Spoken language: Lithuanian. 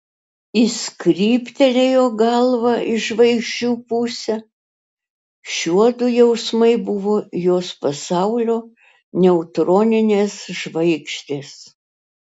jis kryptelėjo galvą į žvaigždžių pusę šiuodu jausmai buvo jos pasaulio neutroninės žvaigždės